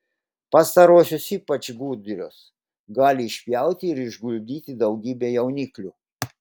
pastarosios ypač gudrios gali išpjauti ir išguldyti daugybę jauniklių